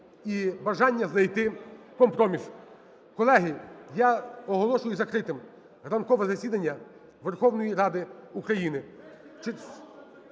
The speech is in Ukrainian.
і бажання знайти компроміс. Колеги, я оголошую закритим ранкове засідання Верховної Ради України.